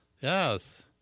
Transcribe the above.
Yes